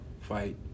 fight